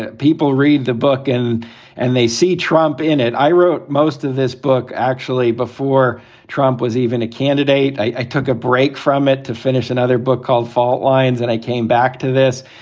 people read the book and and they see trump in it. i wrote most of this book actually before trump was even a candidate. i took a break from it to finish another book called fault lines. and i came back to this.